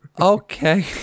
okay